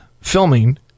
filming